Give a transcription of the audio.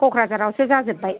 क'क्राझारावसो जाजोब्बाय